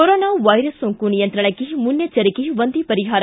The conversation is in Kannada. ಕೊರೊನಾ ವೈರಸ್ ಸೋಂಕು ನಿಯಂತ್ರಣಕ್ಕೆ ಮುನ್ನೆಜ್ಜೆರಿಕೆ ಒಂದೇ ಪರಿಹಾರ